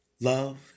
Love